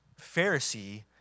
Pharisee